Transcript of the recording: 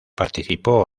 participó